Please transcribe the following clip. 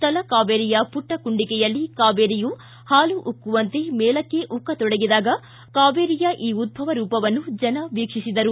ತಲಕಾವೇರಿಯ ಪುಟ್ಟಕುಂಡಿಕೆಯಲ್ಲಿ ಕಾವೇರಿಯು ಹಾಲು ಉಕ್ಕುವಂತೆ ಮೇಲಕ್ಷೆ ಉಕ್ಕತೊಡಗಿದಾಗ ಕಾವೇರಿಯ ಈ ಉದ್ಧವರೂಪವನ್ನು ವೀಕ್ಷಿಸಿದರು